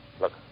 Look